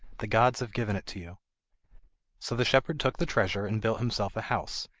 the gods have given it to you so the shepherd took the treasure and built himself a house.